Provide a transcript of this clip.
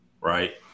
Right